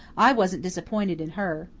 i wasn't disappointed in her.